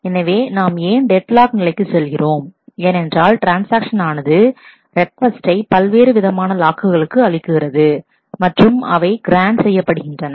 எனவே நாம் ஏன் டெட் லாக் நிலைக்கு செல்கிறோம் ஏனென்றால் ட்ரான்ஸ்ஆக்ஷன் ஆனது ரெக் கோஸ்ட்டை பல்வேறு விதமான லாக்குகளுக்கு அளிக்கிறது மற்றும் அவை கிராண்ட் செய்யப்படுகின்றன